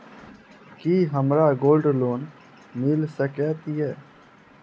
की हमरा gold loan मिल सकैत ये?